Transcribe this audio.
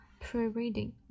pre-reading